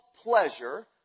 pleasure